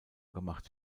gemacht